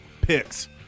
Picks